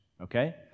okay